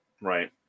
Right